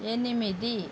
ఎనిమిది